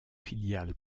filiale